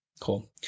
Cool